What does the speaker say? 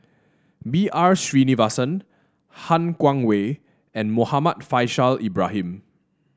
B R Sreenivasan Han Guangwei and Muhammad Faishal Ibrahim